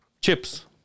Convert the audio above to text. Chips